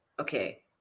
Okay